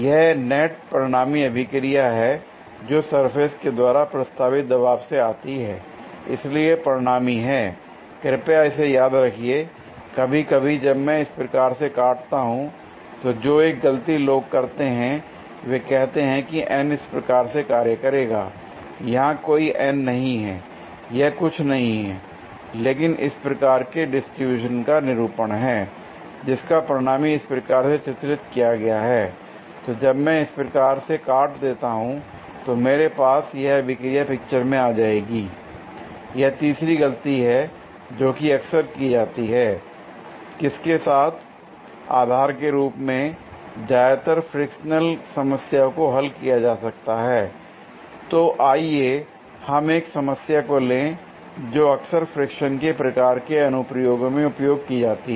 यह नेट परिणामी अभिक्रिया है जो सरफेस के द्वारा प्रस्तावित दबाव से आती है l इसलिए परिणामी हैं कृपया इसे याद रखिए l कभी कभी जब मैं इस प्रकार से काटता हूं तो जो एक गलती लोग करते हैं वे कहते हैं की N इस प्रकार से कार्य करेगा यहां कोई N नहीं है l यह कुछ नहीं है लेकिन इस प्रकार के डिस्ट्रीब्यूशन का निरूपण है l जिसका परिणामी इस प्रकार से चित्रित किया गया है l तो जब मैं इस प्रकार से काट देता हूं तो मेरे पास यह अभिक्रिया पिक्चर में आ जाएगी l यह तीसरी गलती है जो कि अक्सर की जाती है l किसके साथ आधार के रूप में ज्यादातर फ्रिक्शनल समस्याओं को हल किया जा सकता है l तो आइए हम एक समस्या को लें जो अक्सर फ्रिक्शन के प्रकार के अनुप्रयोगों में उपयोग की जाती है